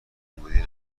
امیدی